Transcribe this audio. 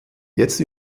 jetzt